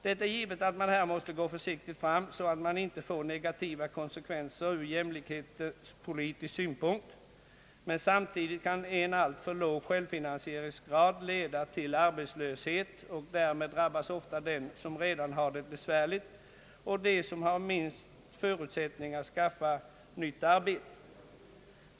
Det är givet att man här måste gå försiktigt fram, så att man inte får negativa konsekvenser ur jämlikhetspolitisk synpunkt, men samtidigt kan en alltför låg självfinansieringsgrad leda till arbetslöshet, och därmed drabbas ofta de som redan har det besvärligt och de som har minsta förutsättningarna att skaffa nytt arbete.